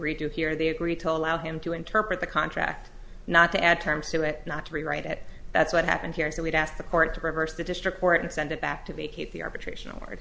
to hear the agree to allow him to interpret the contract not to add terms to it not to rewrite it that's what happened here so we'd ask the court to reverse the district court and send it back to be keep the arbitration or